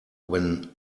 when